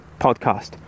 podcast